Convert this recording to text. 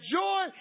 joy